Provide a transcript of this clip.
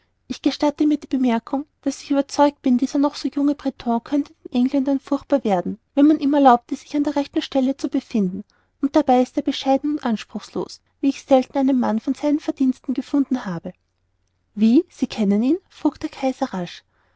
ich gestatte mir die bemerkung daß ich überzeugt bin dieser noch so junge breton könnte den engländern furchtbar werden wenn man ihm erlaubte sich an der rechten stelle zu befinden und dabei ist er bescheiden und anspruchslos wie ich selten einen mann von seinen verdiensten gefunden habe wie sie kennen ihn frug der kaiser